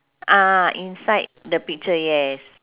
ah inside the picture yes